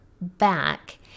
back